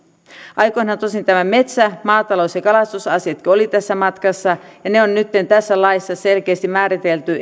aikoinaan tosin nämä metsä maatalous ja kalastusasiatkin olivat tässä matkassa ja ne on nytten tässä laissa selkeästi määritelty